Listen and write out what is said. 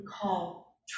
call